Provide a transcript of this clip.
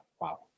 wow